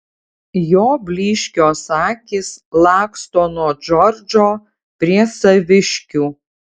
jo blyškios akys laksto nuo džordžo prie saviškių